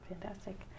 Fantastic